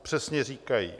Přesně říkají: